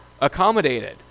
accommodated